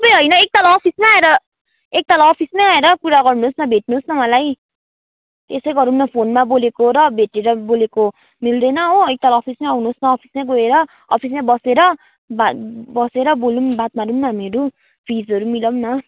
तपाईँ होइन एकताल अफिसमै आएर एकताल अफिसमै आएर कुरा गर्नुहोस् न भेट्नुहोस् न मलाई त्यसै गरौँ न फोनमा बोलेको र भेटेर बोलेको मिल्दैन हो एकताल अफिसमै आउनुहोस् न अफिसमै गएर अफिसमै बसेर बात बसेर बोलौँ बात मारौँ न हामीहरू फिजहरू मिलाऔँ न